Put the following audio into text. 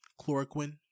chloroquine